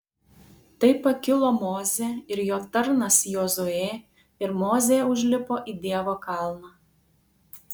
tai pakilo mozė ir jo tarnas jozuė ir mozė užlipo į dievo kalną